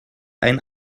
ein